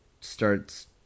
starts